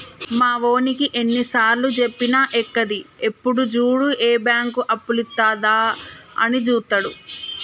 మావోనికి ఎన్నిసార్లుజెప్పినా ఎక్కది, ఎప్పుడు జూడు ఏ బాంకు అప్పులిత్తదా అని జూత్తడు